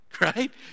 Right